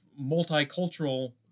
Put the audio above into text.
multicultural